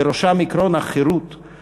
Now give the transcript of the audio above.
ובראשם עקרון החירות,